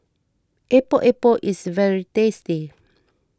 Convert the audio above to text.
Epok Epok is very tasty